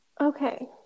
Okay